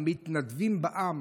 "המתנדבים בעם